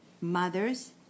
mothers